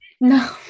No